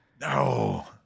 No